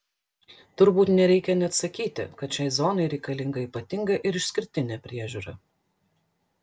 turbūt nereikia net sakyti kad šiai zonai reikalinga ypatinga ir išskirtinė priežiūra